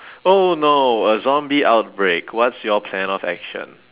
oh no a zombie outbreak what's your plan of action